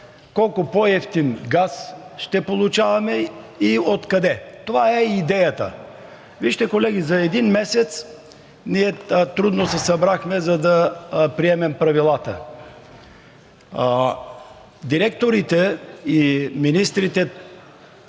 колко по-евтин газ ще получаваме и от къде. Това е идеята. Вижте колеги, за един месец ние трудно се събрахме, за да приемем правилата. Директорите и министрите